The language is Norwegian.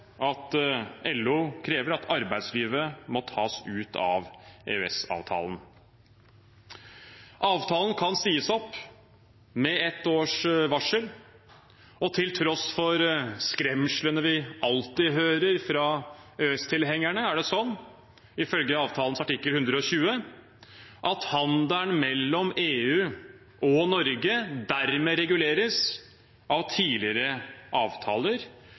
at LO krever at arbeidslivet må tas ut av EØS-avtalen. Avtalen kan sies opp med ett års varsel. Til tross for skremslene vi alltid hører fra EØS-tilhengerne, er det ifølge avtalens artikkel 120 slik at handelen mellom EU og Norge dermed reguleres av tidligere avtaler.